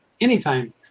Anytime